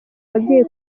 ababyeyi